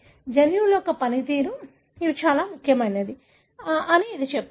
జన్యువు యొక్క పనితీరుకు ఇవి చాలా ముఖ్యమైనవి అని ఇది మీకు చెబుతుంది